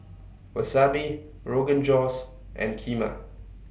Wasabi Rogan Josh and Kheema